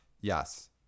Yes